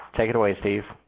take it away, steve.